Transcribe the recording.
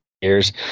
years